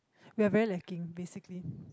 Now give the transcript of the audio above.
we are very lacking basically